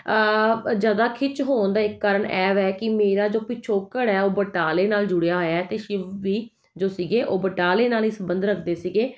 ਜ਼ਿਆਦਾ ਖਿੱਚ ਹੋਣ ਦਾ ਇੱਕ ਕਾਰਨ ਐਵ ਹੈ ਕਿ ਮੇਰਾ ਜੋ ਪਿਛੋਕੜ ਹੈ ਉਹ ਬਟਾਲੇ ਨਾਲ ਜੁੜਿਆ ਹੋਇਆ ਅਤੇ ਸ਼ਿਵ ਵੀ ਜੋ ਸੀਗੇ ਉਹ ਬਟਾਲੇ ਨਾਲ ਹੀ ਸੰਬੰਧ ਰੱਖਦੇ ਸੀਗੇ